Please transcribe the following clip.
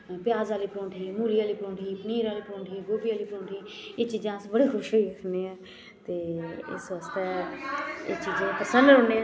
प्याज आह्ली परौंठी मूली आह्ली परौंठी पनीर आह्ली परौंठी गोभी आह्ली परौंठी एह् चीजां अस बड़े खुश होइयै खन्ने आं ते इस आस्तै एह् चीजां पसंद न उ'नेंगी